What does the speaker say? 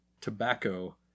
tobacco